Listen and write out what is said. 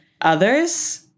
others